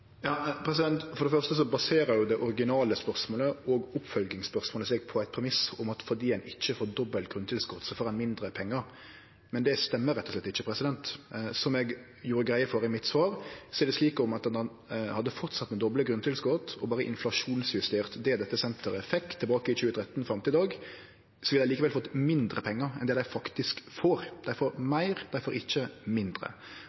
For det første baserer det originale spørsmålet og oppfølgingsspørsmålet seg på ein premiss om at fordi ein ikkje får dobbelt grunntilskot, så får ein mindre pengar. Det stemmer rett og slett ikkje. Som eg gjorde greie for i svaret mitt, er det slik at om ein hadde heldt fram med doble grunntilskot og berre inflasjonsjustert det dette senteret fekk tilbake i 2013 og fram til i dag, ville dei fått mindre pengar enn dei faktisk får. Dei får meir, dei får ikkje mindre.